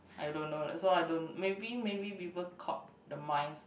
I don't know that's why I don't maybe maybe people caught the mice